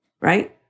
right